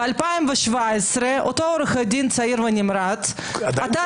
ב-2017 אותו עו"ד צעיר ונמרץ עתר